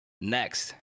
Next